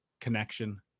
connection